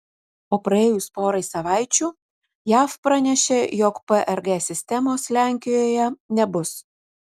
o praėjus porai savaičių jav pranešė jog prg sistemos lenkijoje nebus